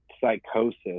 psychosis